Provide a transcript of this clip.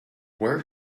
where